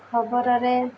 ଖବରରେ